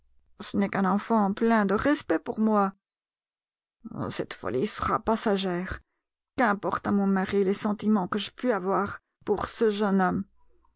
ce n'est qu'un enfant plein de respect pour moi cette folie sera passagère qu'importe à mon mari les sentiments que je puis avoir pour ce jeune homme